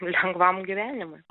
lengvam gyvenimui